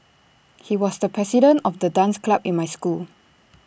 he was the president of the dance club in my school